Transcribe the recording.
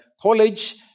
college